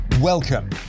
Welcome